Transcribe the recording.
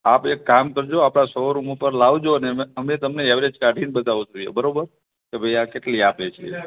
આપ એક કામ કરજો આપણા શો રૂમ ઉપર લાવજો અને અમે તમને ઍવરેજ કાઢીને બતાવીશું બરાબર કે ભઈ આ કેટલી આપે છે